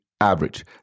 average